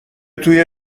توی